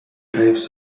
types